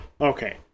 Okay